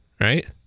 right